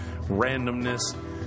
randomness